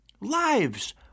Lives